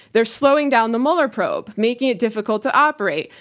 they're slowing down the mueller probe, making it difficult to operate,